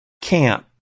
Camp